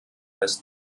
des